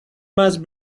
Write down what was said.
must